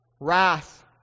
wrath